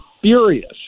furious